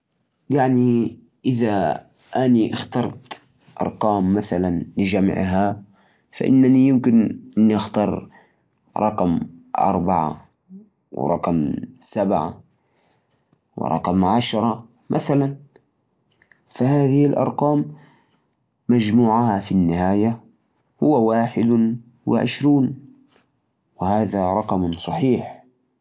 ثلاثه ارقام على سبيل المثال، خمسة، ثمانية، واثناش. لما نجمعها يصير العدد خمسة وعشرون.